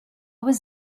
was